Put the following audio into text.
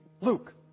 Luke